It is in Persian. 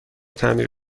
تعمیر